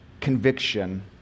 conviction